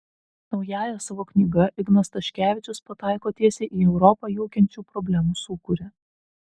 naująja savo knyga ignas staškevičius pataiko tiesiai į europą jaukiančių problemų sūkurį